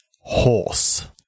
Horse